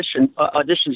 auditions